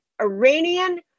Iranian